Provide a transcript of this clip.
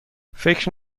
فکر